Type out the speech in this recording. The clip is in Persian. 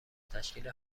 تشکیل